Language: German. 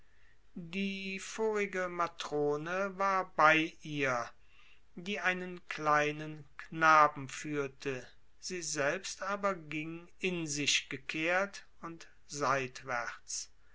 die vorige matrone war bei ihr die einen kleinen knaben führte sie selbst aber ging in sich gekehrt und seitwärts